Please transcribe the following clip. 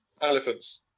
Elephants